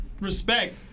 respect